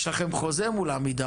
יש לכם חוזה מול עמידר.